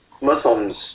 Muslims